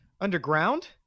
underground